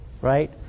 right